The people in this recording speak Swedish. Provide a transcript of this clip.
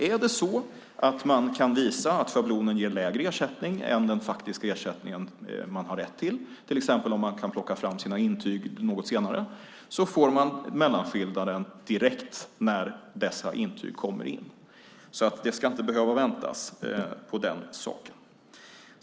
Är det så att man kan visa att schablonen ger lägre ersättning än den faktiska ersättning man har rätt till, till exempel om man kan plocka fram sina intyg senare, får man mellanskillnaden direkt när intygen kommer in. Man ska alltså inte behöva vänta på den.